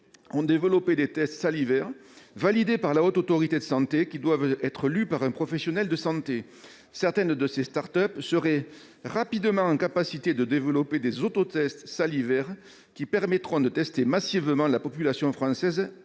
-ont développé des tests salivaires, validés par la Haute Autorité de santé, qui doivent être lus par un professionnel de santé. Certaines de ces start-up seraient rapidement capables de développer des autotests salivaires, qui permettraient de tester massivement la population française